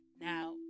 Now